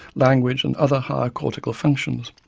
language and other higher cortical functions.